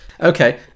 Okay